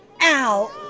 Al